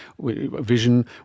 vision